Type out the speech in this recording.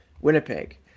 Winnipeg